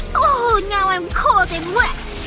now i'm cold and wet